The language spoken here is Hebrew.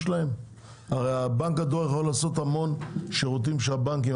הרי בנק הדואר יכול לעשות המון שירותים של הבנקים.